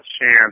chance